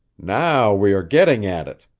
now we are getting at it!